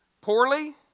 poorly